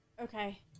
Okay